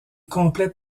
complète